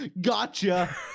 Gotcha